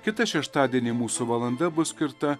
kitą šeštadienį mūsų valanda bus skirta